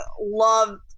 love